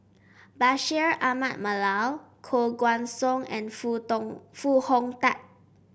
Bashir Ahmad Mallal Koh Guan Song and Foo Dong Foo Hong Tatt